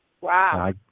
Wow